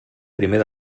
primer